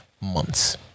months